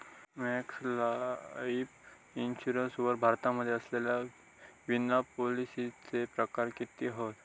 Max Life Insurance वर भारतामध्ये असलेल्या विमापॉलिसीचे प्रकार किती हत?